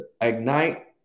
Ignite